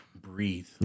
breathe